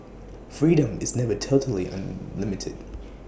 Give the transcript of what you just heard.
freedom is never totally unlimited